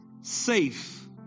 safe